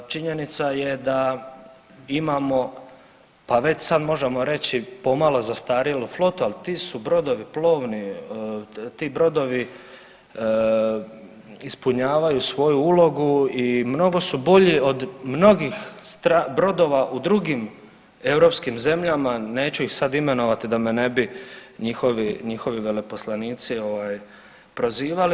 Činjenica je da imamo pa već sad možemo reći pomalo zastarjelu flotu, ali ti su brodovi plovni, ti brodovi ispunjavaju svoju ulogu i mnogo su bolji od mnogih brodova u drugim europskim zemljama neću ih sad imenovat da me ne bi njihovi, njihovi veleposlanici ovaj prozivali.